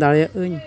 ᱫᱟᱲᱮᱭᱟᱜᱟᱹᱧ